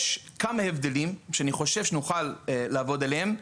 יש כמה הבדלים שאני חושב שנוכל לעבוד עליהם,